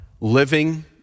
living